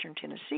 Tennessee